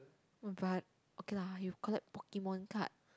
but okay lah you collect Pokemon card